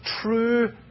true